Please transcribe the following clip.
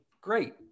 great